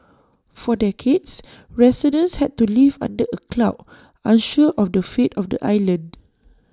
for decades residents had to live under A cloud unsure of the fate of the island